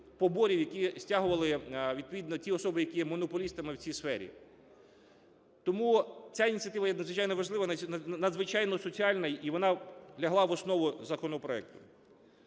поборів, які стягували відповідно ті особи, які є монополістами в цій сфері. Тому ця ініціатива є надзвичайно важлива, надзвичайно соціальна, і вона лягла в основу законопроекту.